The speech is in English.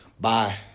Bye